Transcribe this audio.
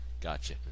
Gotcha